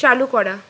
চালু করা